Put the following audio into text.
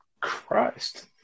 Christ